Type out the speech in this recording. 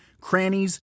crannies